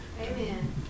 Amen